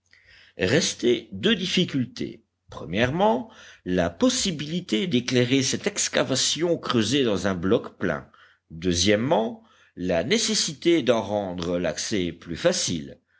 restaient deux difficultés premièrement la possibilité d'éclairer cette excavation creusée dans un bloc plein deuxièmement la nécessité d'en rendre l'accès plus facile